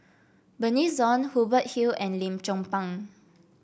Bernice Ong Hubert Hill and Lim Chong Pang